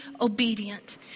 obedient